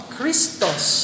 Christos